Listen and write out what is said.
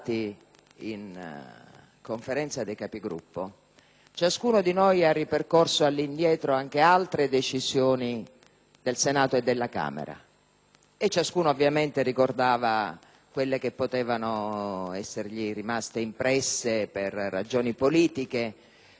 Conferenza dei Capigruppo, ciascuno di noi ha ripercorso all'indietro anche altre decisioni del Senato e della Camera dei deputati. Ciascuno, ovviamente, ricordava quelle che potevano essergli rimaste impresse per ragioni politiche in maniera più vivida.